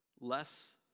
less